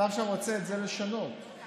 אתה עכשיו רוצה לשנות את זה.